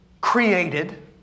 created